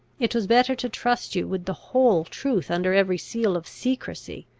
it was better to trust you with the whole truth under every seal of secrecy,